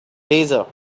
taser